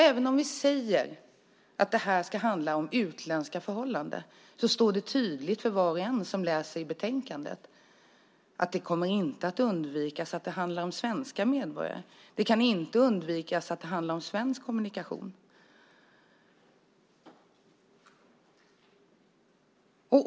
Även om vi säger att detta ska handla om utländska förhållanden, står det tydligt för var och en som läser i betänkandet att det inte kommer att undvikas att det handlar om svenska medborgare. Det kan inte undvikas att det handlar om svensk kommunikation.